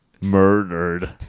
Murdered